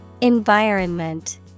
Environment